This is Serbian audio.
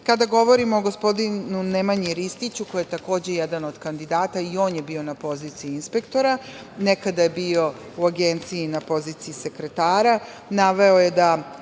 govorimo o gospodinu Nemanji Ristiću, koji je takođe jedan od kandidata, i on je bio na poziciji inspektora. Nekada je bio u Agenciji na poziciji sekretara. Naveo je da